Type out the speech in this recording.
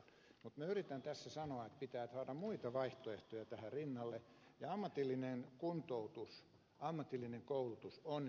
mutta minä yritän tässä sanoa että pitää saada muita vaihtoehtoja tähän rinnalle ja ammatillinen kuntoutus ja ammatillinen koulutus on kyllä se tie